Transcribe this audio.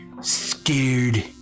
scared